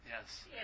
yes